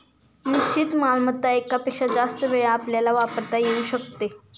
निश्चित मालमत्ता एकापेक्षा जास्त वेळा आपल्याला वापरता येऊ शकते